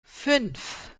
fünf